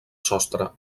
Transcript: sostre